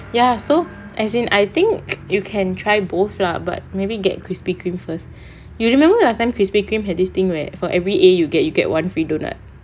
ya so as in I think you can try both lah but maybe get Krispy Kreme first you remember last time Krispy Kreme has this thing where for every A you get you get one free doughnut